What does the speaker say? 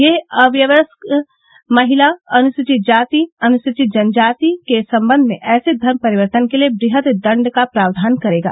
यह अवयस्क महिला अनुसूचित जाति अनुसूचित जनजाति के सम्बन्ध में ऐसे धर्म परिवर्तन के लिए वृहत दण्ड का प्रावधान करेगा